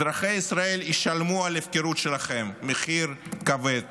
אזרחי ישראל ישלמו מחיר כבד